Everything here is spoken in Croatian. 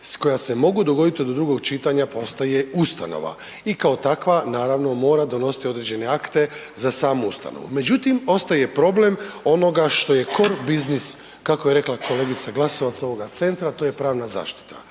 koja se mogu dogodit do drugo čitanja, pa ostaje ustanova i kao takva naravno mora donositi određene akte za samu ustanovu. Međutim, ostaje problem onoga što je kor biznis, kako je rekla kolegica Glasovac, ovoga centra, to je pravna zaštita.